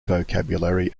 vocabulary